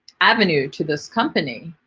avenue to this company